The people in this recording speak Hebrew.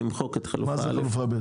ולמחוק את חלופה א'.